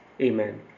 Amen